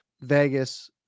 Vegas